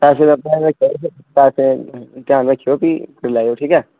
पैसें दा ध्यान रक्खेओ पैसें दा ध्यान रक्खेओ फ्ही करी लैयो ठीक ऐ